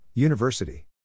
University